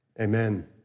amen